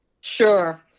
Sure